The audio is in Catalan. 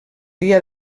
dia